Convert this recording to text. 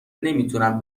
نمیتونم